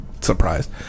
surprised